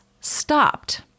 stopped